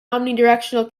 omnidirectional